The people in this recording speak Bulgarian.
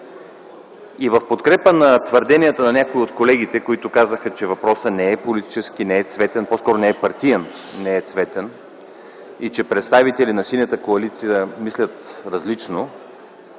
И в подкрепа на твърденията на някои от колегите, които казаха, че въпросът не е политически, не е цветен, по-скоро не е партиен, не е цветен и че представители на Синята коалиция мислят различно,